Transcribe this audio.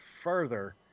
further